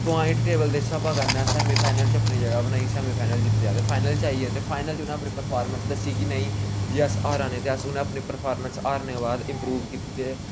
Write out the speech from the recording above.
point table दे स्हाबा कन्नै सेमी फाइनल च अपनी जगह बनाई सेमी फाइनल जित्तेआ ते फाइनल च आई गे ते फाइनल च उ'नें अपनी प्रफारेमंस दस्सी कि नेईं जे हारा ने ते असें हारने बाद अपनी परफारमेंस हारने दे बाद इंप्रूव कीती ते